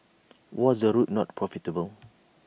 was the route not profitable